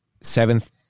seventh